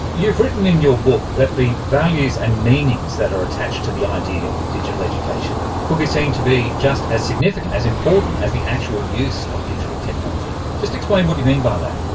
you've written in your book that the values and meanings that are attached to the idea of digital education could be seen to be just as significant, as important as the actual use of digital technology. just explain what you mean by that.